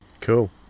Cool